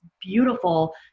beautiful